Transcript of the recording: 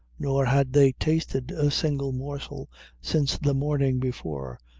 nor had they tasted a single morsel since the morning before,